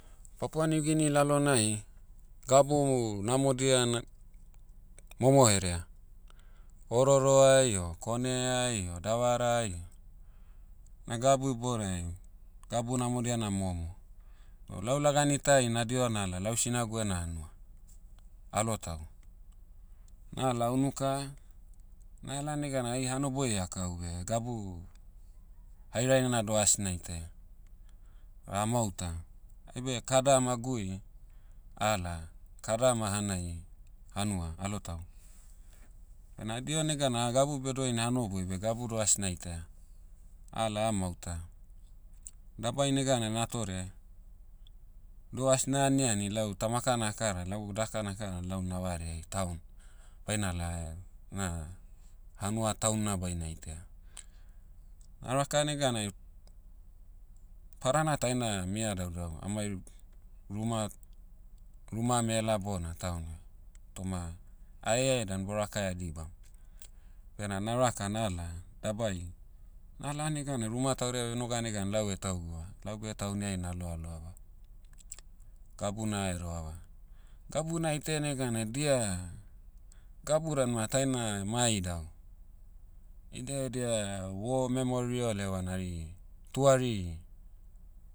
Papua niugini lalonai, gabu namodia na, momo herea. Ororo'ai o kone'ai o davarai o, na gabu iboudai, gabu namodia na momo. O lau lagani tai na diho nala lau sinagu ena hanua, alotau. Nala unuka, nala neganai ai hanoboi akau beh gabu, hairaina na doh asnaitaia. Amahuta. Ai beh kadam a'gui, ala, kadam a'hanaia, hanua, alotau. Ena adiho negana gabu beh doini hanoboi beh gabu doh asnaitaia. Ala ahamauta. Dabai negana natore, doh asna aniani lau tamaka na'kara lau daka nakara lau navareai town. Bai nala, na, hanua town'na baina itaia. A raka neganai, padana taina mia daudau amai, ruma- rumam ela bona town. Toma, aeae dan bo'rakaia dibam. Bena na'raka nala dabai, nala neganai ruma taudia noga negan lau tahuguva lau beh taoniai na'loaloava. Gabu na'heroava. Gabu na itaia neganai dia, gabu dan ma taina ma idau. Ida edia war memorial evana hari, tuari,